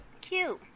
Cute